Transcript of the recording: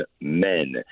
men